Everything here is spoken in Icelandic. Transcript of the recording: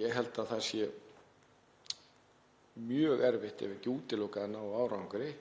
ég held að það sé mjög erfitt ef ekki útilokað, þar